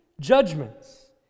judgments